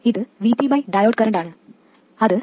ഇത് Vt by diode current ആണ് അത് 12